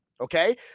okay